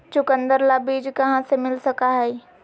चुकंदर ला बीज कहाँ से मिल सका हई?